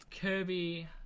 Kirby